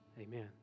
Amen